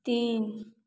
तीन